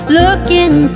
looking